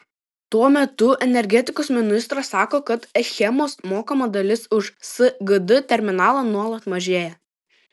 tuo metu energetikos ministras sako kad achemos mokama dalis už sgd terminalą nuolat mažėja